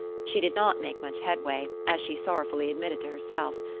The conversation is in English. she did not make much headway, as she sorrowfully admitted to herself.